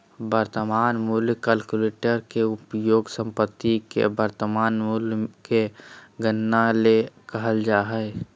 वर्तमान मूल्य कलकुलेटर के उपयोग संपत्ति के वर्तमान मूल्य के गणना ले कइल जा हइ